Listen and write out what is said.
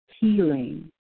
healing